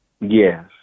Yes